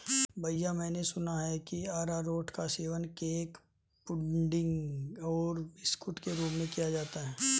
भैया मैंने सुना है कि अरारोट का सेवन केक पुडिंग और बिस्कुट के रूप में किया जाता है